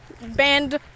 band